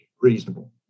reasonable